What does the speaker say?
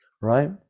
right